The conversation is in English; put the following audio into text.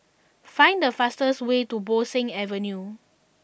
find the fastest way to Bo Seng Avenue